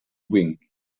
wing